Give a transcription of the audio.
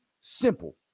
simple